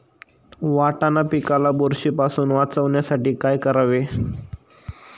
वाटाणा पिकाला बुरशीपासून वाचवण्यासाठी काय करावे?